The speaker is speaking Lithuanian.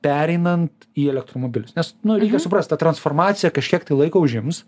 pereinant į elektromobilius nes nu reikia suprast ta transformacija kažkiek tai laiko užims